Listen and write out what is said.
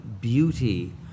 beauty